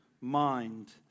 mind